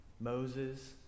Moses